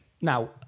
Now